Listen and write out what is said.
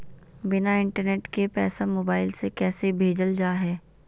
बिना इंटरनेट के पैसा मोबाइल से कैसे भेजल जा है?